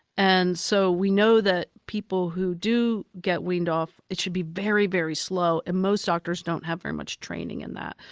and so we know that people who do get weaned off it should be very, very slow and most doctors don't have very much training in that.